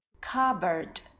cupboard